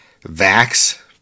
Vax